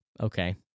Okay